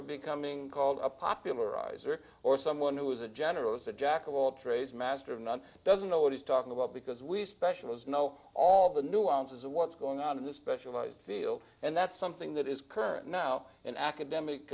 of becoming called a popularizer or someone who is a generalist a jack of all trades master of none doesn't know what he's talking about because we specialist know all the nuances of what's going on in the specialized field and that's something that is current now in academic